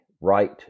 right